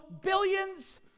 billions